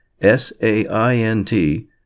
s-a-i-n-t